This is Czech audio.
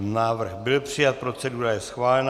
Návrh byl přijat, procedura je schválena.